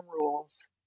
rules